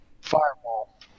Firewall